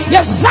Yes